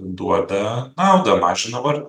duoda naudą mažina vartojimą